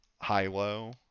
high-low